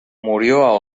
murió